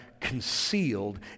concealed